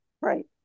right